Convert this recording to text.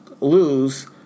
lose